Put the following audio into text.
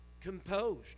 composed